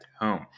home